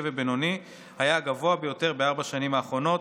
ובינוני היה הגבוה ביותר בארבע השנים האחרונות,